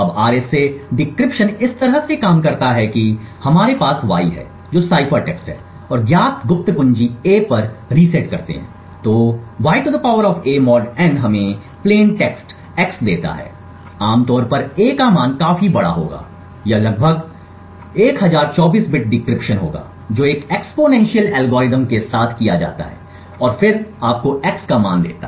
अब RSA decryption इस तरह से काम करता है कि हमारे पास y है जो साइफर टेक्स्ट है और ज्ञात गुप्त कुंजी a पर रीसेट करते हैं तो y a mod n हमें प्लेन टेक्स्ट x देता है आमतौर पर a का मान काफी बड़ा होगा यह लगभग 1024 बिट डिक्रिप्शन होगा जो एक एक्स्पोनेंशियल एल्गोरिथ्म के साथ किया जाता है और फिर आपको x का मान देगा